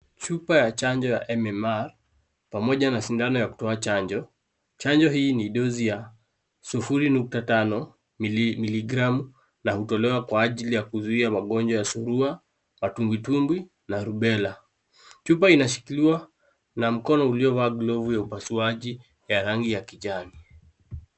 Chupa ya chanjo ya MMR, pamoja na sindano ya kutoa chanjo, chanjo hii ni dosi ya 0.5,miligram, na hutolewa kwa ajili ya kuzuia magonjwa ya sulua, na tumbi tumbi, na rubela, chupa inashikiliwa na mkono uliovaa glovu ya upasuaji, ya rangi ya kijani.